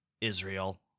Israel